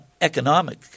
economic